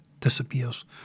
disappears